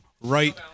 right